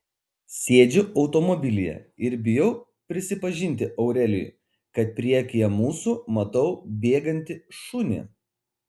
sėdžiu automobilyje ir bijau prisipažinti aurelijui kad priekyje mūsų matau bėgantį šunį